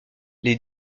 les